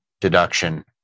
deduction